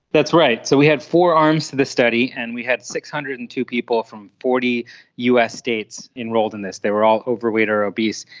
that's right. so we had four arms to this study and we had six hundred and two people from forty us states enrolled in this, they were all overweight or obese,